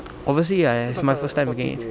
obviously I it's my first time again